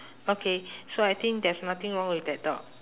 okay so I think there's nothing wrong with that dog